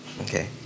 Okay